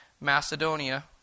Macedonia